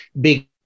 big